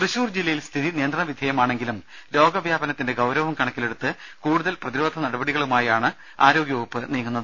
ദരദ ജില്ലയിൽ സ്ഥിതി നിയന്ത്രണവിധേയമാണെങ്കിലും ത്യശൂർ രോഗവ്യാപനത്തിന്റെ ഗൌരവം കണക്കിലെടുത്ത് കൂടുതൽ പ്രതിരോധ നടപടികളുമായാണ് ആരോഗ്യ വകുപ്പ് നീങ്ങുന്നത്